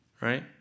right